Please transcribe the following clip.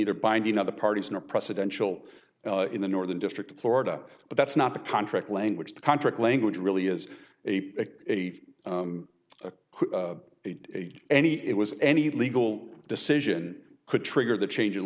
neither binding other parties in a presidential in the northern district of florida but that's not the contract language the contract language really is a a a a a any it was any legal decision could trigger the change in